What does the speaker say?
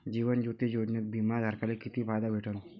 जीवन ज्योती योजनेत बिमा धारकाले किती फायदा भेटन?